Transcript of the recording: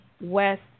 west